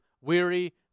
weary